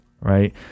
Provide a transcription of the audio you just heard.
right